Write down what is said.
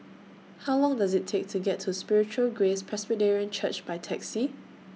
How Long Does IT Take to get to Spiritual Grace Presbyterian Church By Taxi